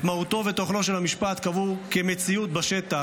את מהותו ותוכנו של המשפט קבעו כמציאות בשטח